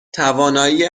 توانایی